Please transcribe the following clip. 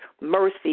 mercy